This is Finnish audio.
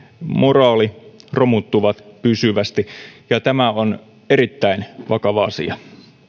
moraali romuttuvat pysyvästi ja tämä on erittäin vakava asia